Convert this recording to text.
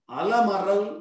alamaral